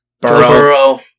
Burrow